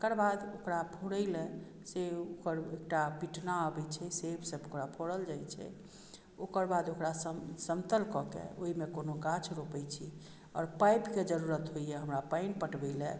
एकर बाद ओकरा फोड़ै लेल से ओकर एकटा पिटना अबैत छै से ओकरा फोड़ल जाइत छै ओकर बाद ओकरा सम समतल कऽ के ओहिमे कोनो गाछ रोपैत छी आओर पाइपके जरूरत होइए हमरा पानि पटबै लेल